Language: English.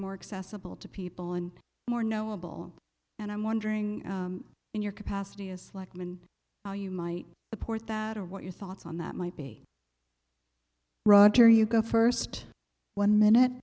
more accessible to people and more knowable and i'm wondering in your capacity as slackman how you might report that or what your thoughts on that might be roger you go first one minute